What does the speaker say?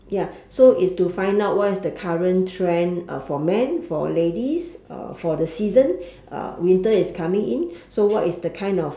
ya so it's to find out what is the current trend uh for men for ladies uh for the season uh winter is coming in so what is the kind of